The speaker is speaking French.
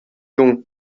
donc